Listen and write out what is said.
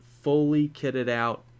fully-kitted-out